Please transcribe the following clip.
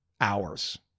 hours